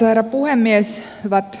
hyvät edustajakollegat